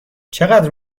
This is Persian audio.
چقدر